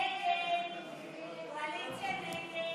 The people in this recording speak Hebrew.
המדינית שלה,